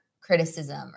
criticism